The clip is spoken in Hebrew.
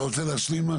אתה רוצה להשלים?